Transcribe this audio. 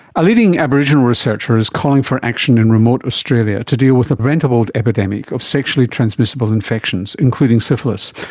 a leading aboriginal researcher is calling for action in remote australia to deal with a preventable epidemic of sexually transmissible infections, including syphilis,